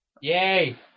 Yay